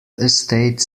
estate